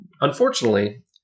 unfortunately